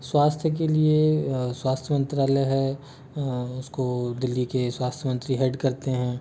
स्वास्थ्य के लिए स्वास्थ्य मंत्रालय है उसको दिल्ली के स्वास्थ्य मंत्री हेड करते है